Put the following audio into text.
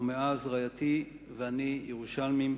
ומאז רעייתי ואני ירושלמים.